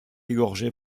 égorgé